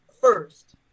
first